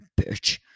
bitch